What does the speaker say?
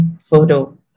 photo